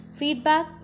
Feedback